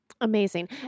Amazing